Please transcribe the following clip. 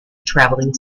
travelling